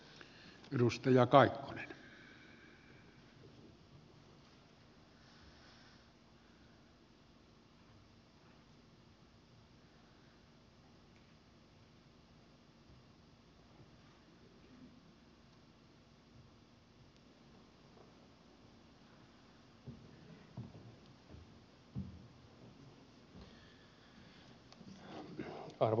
arvoisa puhemies